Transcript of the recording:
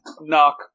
knock